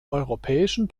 europäischen